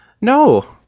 No